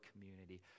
community